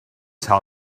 tell